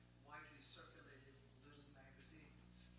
widely circulated little magazines.